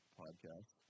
podcast